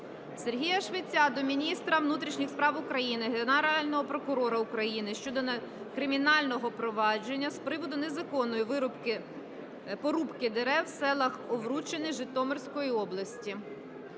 Сергія Швеця до міністра внутрішніх справ України, Генерального прокурора України щодо кримінального провадження з приводу незаконної порубки дерев по селах Овруччини Житомирської області.